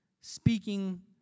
speaking